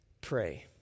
pray